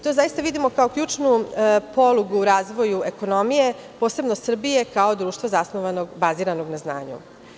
To zaista vidimo ka ključnu polugu u razvoju ekonomije, posebno Srbije kao društvo bazirano na znanju.